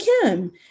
Kim